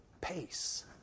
pace